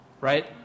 right